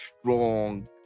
strong